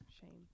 Shame